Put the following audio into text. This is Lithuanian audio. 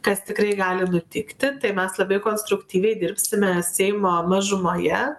kas tikrai gali nutikti tai mes labai konstruktyviai dirbsime seimo mažumoje